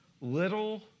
little